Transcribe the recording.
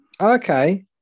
Okay